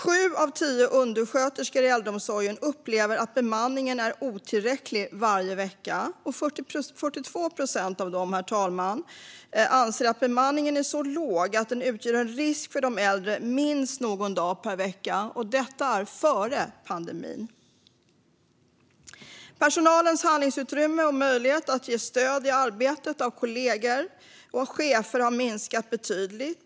Sju av tio undersköterskor i äldreomsorgen upplever att bemanningen är otillräcklig varje vecka. 42 procent av dem, herr talman, anser att bemanningen är så låg att det minst någon dag per vecka utgör en risk för de äldre. Detta gäller alltså före pandemin. Personalens handlingsutrymme och möjlighet att få stöd i arbetet av kollegor och chefer har minskat betydligt.